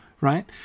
Right